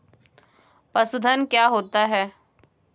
पशुधन क्या होता है?